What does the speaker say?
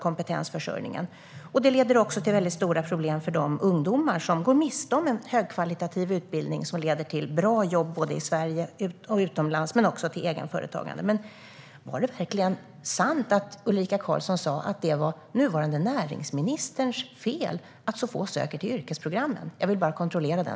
Att yrkesprogrammen får lägga ned leder också till stora problem för de ungdomar som går miste om en högkvalitativ utbildning, som kan leda till att man kan ta bra jobb i Sverige och utomlands, men också till egenföretagande. Men sa Ulrika Carlsson verkligen att det är nuvarande näringsministerns fel att det är så få som söker till yrkesprogrammen? Jag vill bara kolla det.